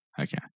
Okay